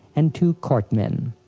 and two cartmen.